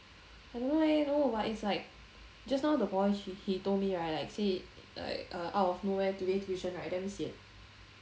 I don't know leh no but it's like just now the boy h~ he told me right like say like uh out of nowhere today tuition damn sian